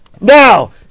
Now